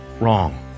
wrong